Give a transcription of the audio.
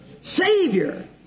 Savior